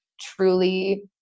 truly